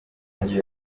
nsoro